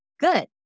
good